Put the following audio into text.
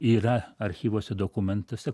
yra archyvuose dokumentuose